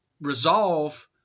resolve